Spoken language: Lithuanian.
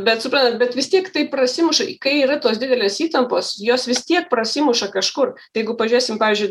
bet suprantat bet vis tiek tai prasimuša kai yra tos didelės įtampos jos vis tiek prasimuša kažkur tai jeigu pažiūrėsim pavyzdžiui